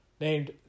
named